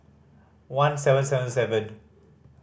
one seven seven seven